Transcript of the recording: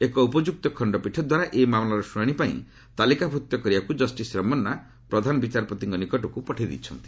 ଏକ ଉପଯୁକ୍ତ ଖଣ୍ଡପୀଠ ଦ୍ୱାରା ଏହି ମାମଲାର ଶୁଣାରଣି ପାଇଁ ତାଲିକାଭୁକ୍ତ କରିବାକୁ ଜଷ୍ଟିସ୍ ରମନ୍ନା ପ୍ରଧାନ ବିଚାରପତିଙ୍କ ନିକଟକୁ ପଠାଇଛନ୍ତି